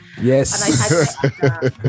Yes